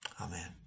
Amen